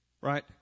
Right